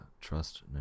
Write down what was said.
Trust